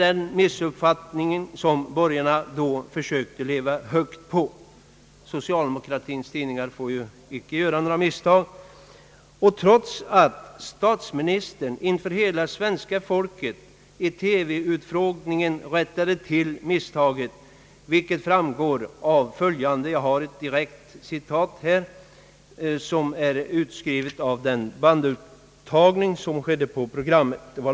Den missuppfattningen försökte borgarna under valkampanjen leva högt på — socialdemokratins tidningar får ju inte göra några misstag — trots att statsministern rättade till misstaget inför hela svenska folket i TV-utfrågningen, vilket framgår av följande direkta citat från en utskrift av den bandupptagning som gjordes under programmet.